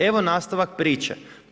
Evo nastavak priče.